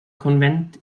konvent